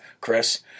Chris